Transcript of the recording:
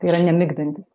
tai yra nemigdantis